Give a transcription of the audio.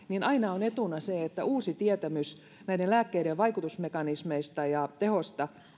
niin aina on etuna se että uusi tietämys näiden lääkkeiden vaikutusmekanismeista ja tehosta